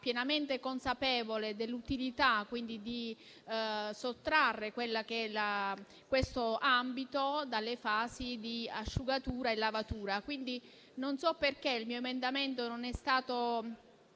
pienamente consapevole dell'utilità di eliminare da questo ambito le fasi di asciugatura e lavatura. Quindi, non so perché il mio emendamento non sia stato